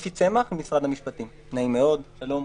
נעים מאוד, שלום.